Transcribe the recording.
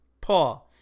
Paul